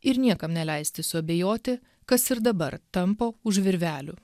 ir niekam neleisti suabejoti kas ir dabar tampo už virvelių